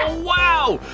wow.